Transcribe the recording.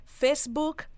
Facebook